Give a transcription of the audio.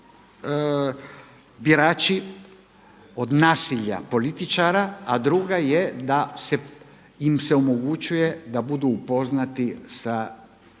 zaštićuju birači od nasilja političara, a druga je da im se omogućuje da budu upoznati sa